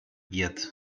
yet